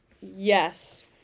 Yes